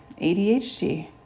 ADHD